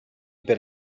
per